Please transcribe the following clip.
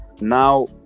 Now